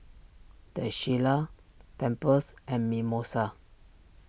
the Shilla Pampers and Mimosa